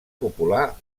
popular